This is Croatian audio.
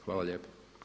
Hvala lijepo.